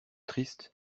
tristes